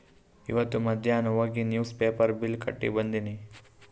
ಇವತ್ ಮಧ್ಯಾನ್ ಹೋಗಿ ನಿವ್ಸ್ ಪೇಪರ್ ಬಿಲ್ ಕಟ್ಟಿ ಬಂದಿನಿ